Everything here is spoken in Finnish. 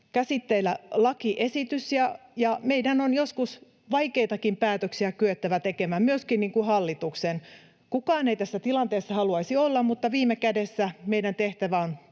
käsitteillä lakiesitys, ja meidän on joskus vaikeitakin päätöksiä kyettävä tekemään, myöskin hallituksen. Kukaan ei tässä tilanteessa haluaisi olla, mutta viime kädessä meidän tehtävänä on